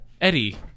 Eddie